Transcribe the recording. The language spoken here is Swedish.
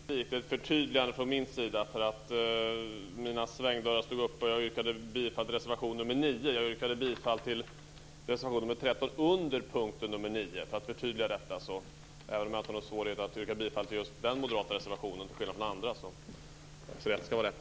Fru talman! Jag vill bara göra ett litet förtydligande. Mina svängdörrar stod öppna, och jag yrkade bifall till reservation 9, men jag ville yrka bifall till reservation 13 under punkt 9. Även om jag inte har någon svårighet med att yrka bifall till just den moderata reservationen till skillnad från andra så ska rätt vara rätt.